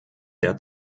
der